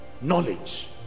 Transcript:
knowledge